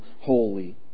holy